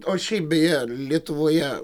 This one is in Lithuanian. o šiaip beje lietuvoje